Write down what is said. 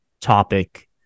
topic